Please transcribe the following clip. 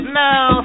now